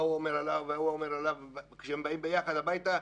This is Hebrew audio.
ההוא אומר עליו וההוא אומר עליו וכשהם באים ביחד הביתה,